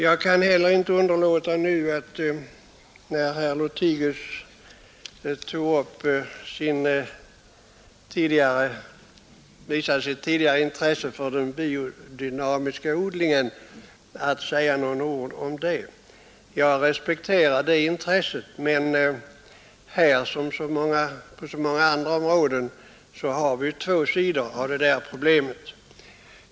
Jag kan inte underlåta att nu, sedan herr Lothigius visat sitt intresse för den biodynamiska odlingen, säga några ord därom. Jag respekterar det intresset, men här som i så många andra fall finns det två sidor av problemet.